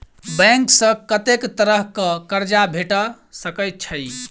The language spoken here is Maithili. बैंक सऽ कत्तेक तरह कऽ कर्जा भेट सकय छई?